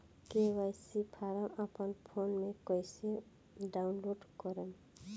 KYC form अपना phone मे कइसे डाऊनलोड करेम?